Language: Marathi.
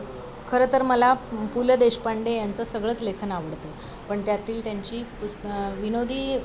खरं तर मला पु ल देशपांडे यांचं सगळंच लेखन आवडतं पण त्यातील त्यांची पुस्तकं विनोदी